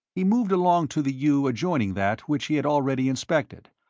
he moved along to the yew adjoining that which he had already inspected,